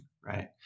right